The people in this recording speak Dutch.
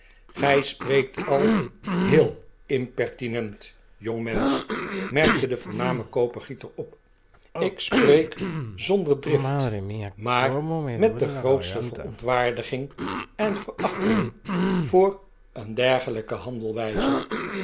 gij spreekt al heel impertinent jongmensch merkte de voorname kopergieter op ik spreek zonder drift maar met de grootste verontwaardiging en verachting voor een dergelijke